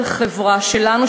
של החברה שלנו,